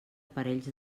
parells